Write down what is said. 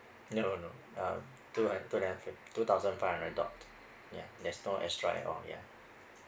no no no uh two hund~ two hun~ two thousand five hundred dot yeah there's no extra at all yeah